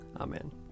Amen